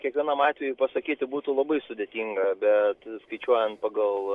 kiekvienam atvejui pasakyti būtų labai sudėtinga bet skaičiuojant pagal